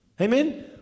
Amen